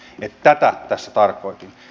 että tätä tässä tarkoitin